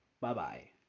Bye-bye